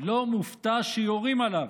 לא מופתע שיורים עליו.